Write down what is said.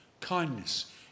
kindness